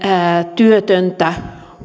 työtöntä